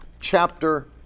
chapter